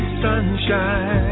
sunshine